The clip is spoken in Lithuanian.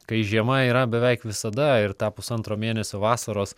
kai žiema yra beveik visada ir tą pusantro mėnesio vasaros